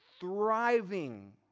thriving